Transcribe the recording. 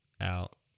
out